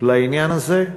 לעניין הזה,